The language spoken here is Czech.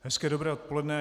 Hezké dobré odpoledne.